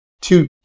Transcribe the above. two